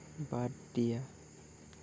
বাদ দিয়া